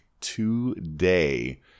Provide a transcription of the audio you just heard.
today